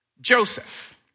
joseph